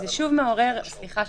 וזה שוב מעורר את